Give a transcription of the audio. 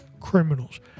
criminals